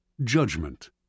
Judgment